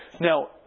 Now